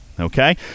Okay